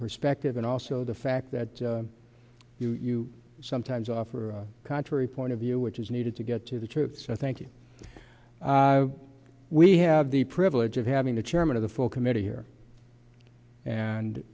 perspective and also the fact that you sometimes offer contrary point of view which is needed to get to the truth so i thank you we have the privilege of having the chairman of the full committee here and